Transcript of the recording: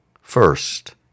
first